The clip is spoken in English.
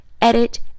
edit